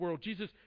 Jesus